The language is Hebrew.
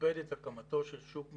טרפד את הקמתו של שוק מרכזי.